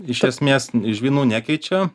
iš esmės žvynų nekeičia